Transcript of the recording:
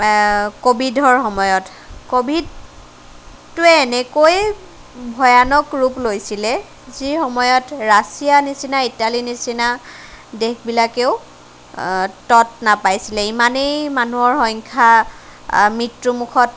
কোভিডৰ সময়ত কোভিডটোৱে এনেকৈ ভয়ানক ৰূপ লৈছিলে যি সময়ত ৰাছিয়াৰ নিচিনা ইটালীৰ নিচিনা দেশবিলাকেও তৎ নাপাইছিলে ইমানেই মানুহৰ সংখ্যা মৃত্যু মুখত